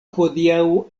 hodiaŭ